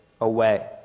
away